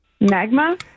magma